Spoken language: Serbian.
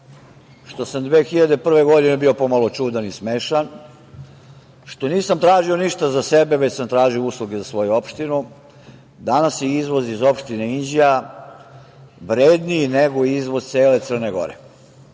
što sam 2001. godine bio pomalo čudan i smešan, što nisam tražio ništa za sebe, već sam tražio usluge za svoju opštinu, danas je izvoz iz opštine Inđija vredniji nego izvoz cele Crne Gore.